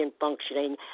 functioning